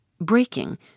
breaking